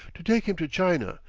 to take him to china,